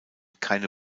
keine